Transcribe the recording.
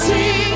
See